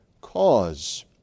cause